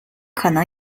可能